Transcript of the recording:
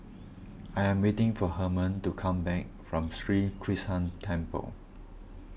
I am waiting for Harman to come back from Sri Krishnan Temple